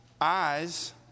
eyes